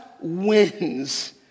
wins